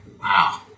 Wow